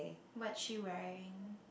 what she wearing